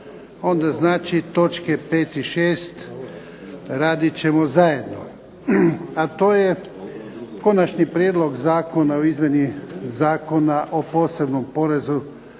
Onda znači točke 5. i 6. radit ćemo zajedno. A to je - Konačni prijedlog zakona o izmjeni Zakona o posebnom porezu